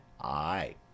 Aye